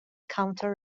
counter